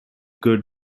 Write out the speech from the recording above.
good